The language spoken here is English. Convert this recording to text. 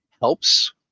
helps